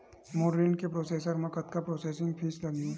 मोर ऋण के प्रोसेस म कतका प्रोसेसिंग फीस लगही?